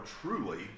truly